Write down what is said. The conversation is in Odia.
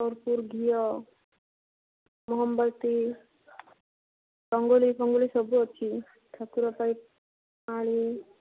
କର୍ପୁର ଘିଅ ମହମବତୀ ରଙ୍ଗୋଲୀ ଫଙ୍ଗୋଲି ସବୁ ଅଛି ଠାକୁର ପାଇଁ ମାଳି